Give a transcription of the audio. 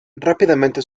rápidamente